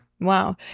Wow